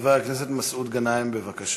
חבר הכנסת מסעוד גנאים, בבקשה.